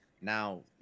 Now